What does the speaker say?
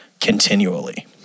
continually